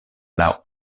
laŭ